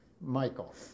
Michael